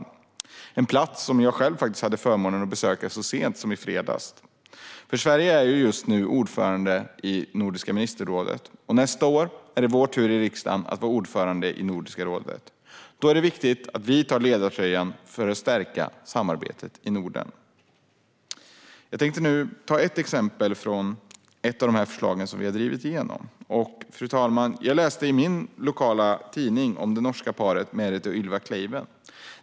Det är en plats som jag hade förmånen att besöka så sent som i fredags. Sverige är nämligen just nu ordförande i Nordiska ministerrådet. Och nästa år är det vår tur i riksdagen att vara ordförande i Nordiska rådet. Då är det viktigt att vi tar ledartröjan för att stärka samarbetet i Norden. Fru talman! Jag tänkte berätta om ett exempel på de förslag som vi har drivit igenom. Jag läste i min lokaltidning om det norska paret Merethe och Ylva Kleiven.